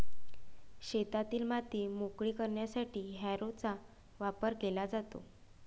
शेतातील माती मोकळी करण्यासाठी हॅरोचा वापर केला जातो